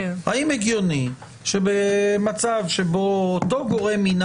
האם הגיוני שבמצב שבו אותו גורם מינה